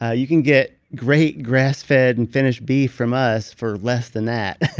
ah you can get great grass-fed and finished beef from us for less than that,